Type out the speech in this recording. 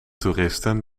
toeristen